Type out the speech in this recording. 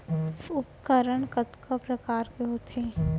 उपकरण कतका प्रकार के होथे?